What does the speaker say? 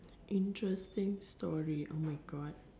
interesting story oh my God